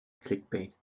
clickbait